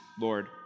Lord